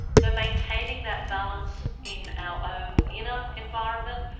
so maintaining that balance in our own inner environment,